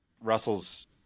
Russell's